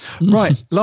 right